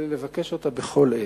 ולבקש אותה בכל עת.